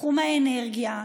בתחום האנרגיה,